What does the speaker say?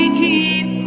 keep